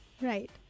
Right